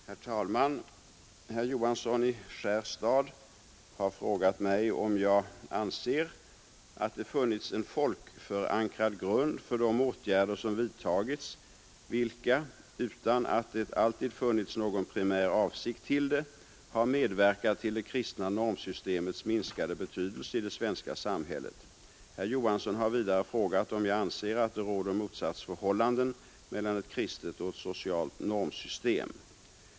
Herr talman! Herr Johansson i Skärstad har frågat mig om jag anser att det funnits en folkförankrad grund för de åtgärder som vidtagits vilka, utan att det alltid funnits någon primär avsikt till det, har medverkat till det kristna normsystemets minskade betydelse i det svenska samhället. Herr Johansson har vidare frågat om jag anser att det råder motsatsförhållanden mellan ett kristet och ett socialt normsystem.